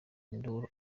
induru